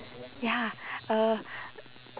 ya uh